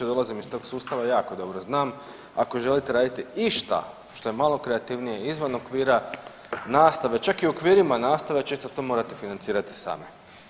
Dolazim iz tog sustava, jako dobro znam ako želite raditi išta što je malo kreativnije izvan okvira nastave, čak i u okvirima nastave često to morate financirati sami.